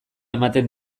ematen